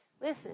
Listen